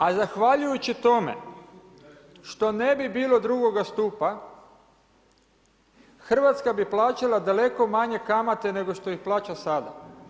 A zahvaljujući tome, što ne bi bilo drugoga stupa, Hrvatska bi plaćala daleko manje kamata, nego što ih plaća sada.